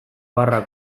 barra